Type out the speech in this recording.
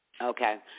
Okay